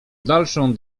dalszą